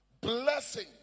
Blessing